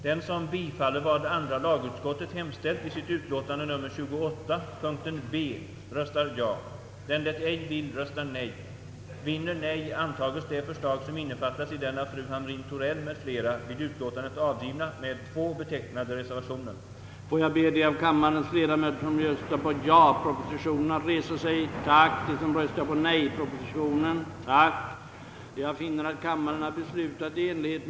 De som agiterar för föreningsfrihet ställer sig självfallet inte bakom allt som kan finnas inom ramen för denna, och den som agiterar för t.ex. pressfrihet är därmed icke förespråkare för allt som kan sägas genom det tryckta ordet.